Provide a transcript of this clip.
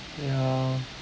ya